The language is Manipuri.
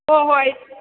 ꯍꯣ ꯍꯣꯏ